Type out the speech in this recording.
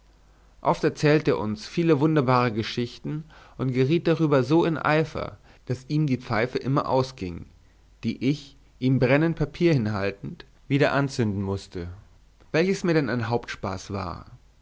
oft erzählte er uns viele wunderbare geschichten und geriet darüber so in eifer daß ihm die pfeife immer ausging die ich ihm brennend papier hinhaltend wieder anzünden mußte welches mir denn ein hauptspaß war